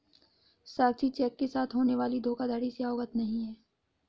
साक्षी cheque के साथ होने वाली धोखाधड़ी से अवगत नहीं है